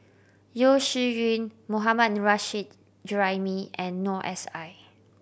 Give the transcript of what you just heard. Yeo Shih Yun Mohammad Nurrasyid Juraimi and Noor S I